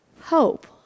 Hope